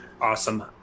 Awesome